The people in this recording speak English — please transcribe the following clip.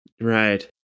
right